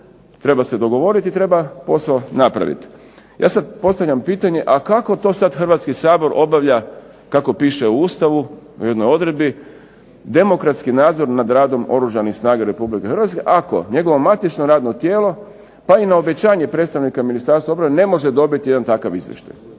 treba se dogovoriti i treba posao napraviti. Ja sad postavljam pitanje, a kako to sad Hrvatski sabor obavlja kako piše u Ustavu u jednoj odredbi demokratski nadzor nad radom Oružanih snaga Republike Hrvatske, ako njegovo matično radno tijelo, pa i na obećanje predstavnika Ministarstva obrane ne može dobiti jedan takav izvještaj.